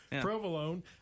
Provolone